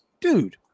Dude